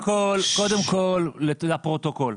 לפרוטוקול.